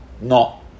No